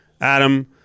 Adam